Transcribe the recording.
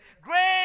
great